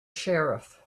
sheriff